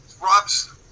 Rob's